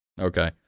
Okay